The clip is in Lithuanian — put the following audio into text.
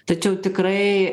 tačiau tikrai